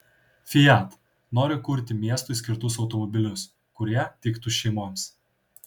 fiat nori kurti miestui skirtus automobilius kurie tiktų šeimoms